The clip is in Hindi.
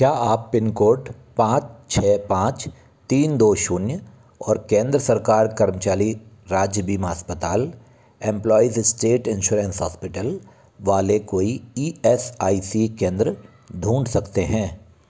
क्या आप पिन कोड पाँच छः पाँच तीन दो शून्य और केंद्र प्रकार कर्मचारी राज्य बीमा अस्पताल एम्प्लोयीज़ स्टेट इंसुरेंस हॉस्पिटल वाले कोई ई एस आई सी केंद्र ढूंढ सकते हैं